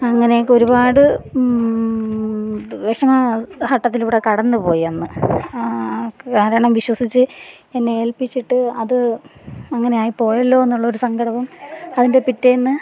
അങ്ങനെയൊക്കെ ഒരുപാട് വിഷമഘട്ടത്തിലൂടെ കടന്നു പോയന്ന് കാരണം വിശ്വസിച്ച് എന്നെ ഏല്പിച്ചിട്ട് അത് അങ്ങനെ ആയിപ്പോയല്ലോയെന്നുള്ള ഒരു സങ്കടവും അതിൻ്റെ പിറ്റേന്ന്